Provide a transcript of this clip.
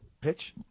Pitch